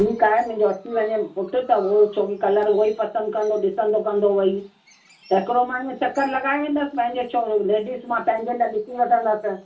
ठीकु आहे मुंहिंजो अची वञे पुट त उहो छोकी कलर उहो ई पसंदि कंदो ॾिसंदो कंदो उहो ई त हिकिड़ो मां ईअं चकरु लॻाए वेंदसि पंहिंजे शो लेडीस मां पंहिंजे लाइ ॾिसी वठंदसि